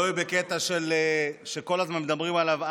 לא יהיו בקטע שכל הזמן מדברים עליו,